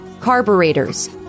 carburetors